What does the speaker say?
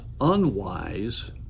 unwise